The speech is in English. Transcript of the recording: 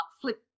flip